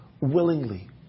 willingly